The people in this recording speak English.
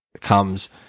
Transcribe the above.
comes